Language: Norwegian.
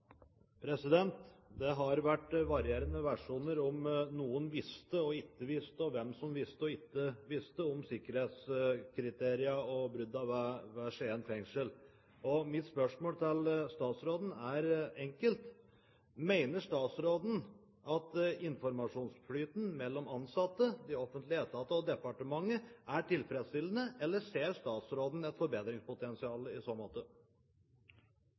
Det har vært varierende versjoner om noen visste eller ikke visste, og hvem som visste eller ikke visste, om sikkerhetskriteriene og bruddene ved Skien fengsel. Mitt spørsmål til statsråden er enkelt: Mener statsråden at informasjonsflyten mellom ansatte, de offentlige etatene og departementet er tilfredsstillende? Eller ser statsråden et forbedringspotensial i så måte?